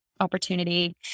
opportunity